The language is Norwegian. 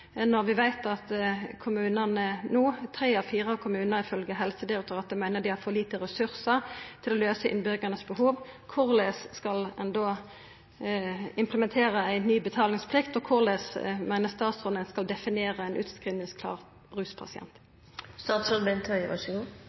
når vi veit at tre av fire kommunar ifølgje Helsedirektoratet meiner dei har for lite ressursar no til å løysa behova til innbyggarane? Korleis skal ein då implementera ei ny betalingsplikt, og korleis meiner statsråden ein skal definera ein utskrivingsklar